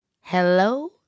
Hello